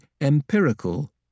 empirical